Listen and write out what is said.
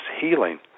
healing